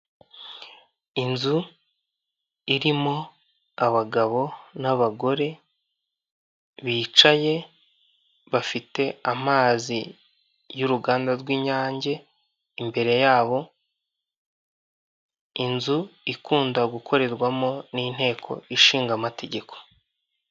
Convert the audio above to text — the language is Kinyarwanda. Inzu irimo abagabo n'abagore bicaye bafite amazi y'uruganda rw'inyange imbere yabo, inzu ikunda gukorerwamo n'inteko ishinga amategeko.